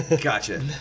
Gotcha